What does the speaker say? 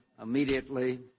Immediately